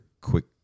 quick